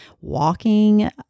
walking